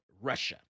Russia